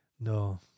No